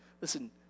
Listen